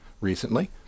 recently